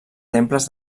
temples